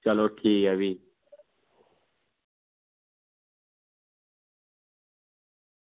चलो ठीक ऐ फ्ही